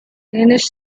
danish